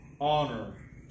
honor